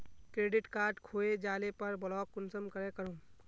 Credit card खोये जाले पर ब्लॉक कुंसम करे करूम?